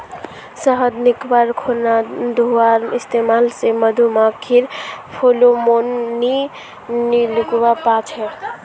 शहद निकाल्वार खुना धुंआर इस्तेमाल से मधुमाखी फेरोमोन नि निक्लुआ पाछे